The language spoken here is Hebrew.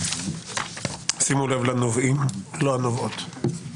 שימו לב לנובעים לא הנובעות.